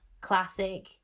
classic